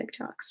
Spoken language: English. TikToks